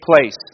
place